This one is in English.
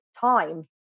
time